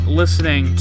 listening